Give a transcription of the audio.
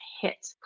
hit